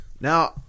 Now